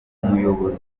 umuyobozi